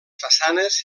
façanes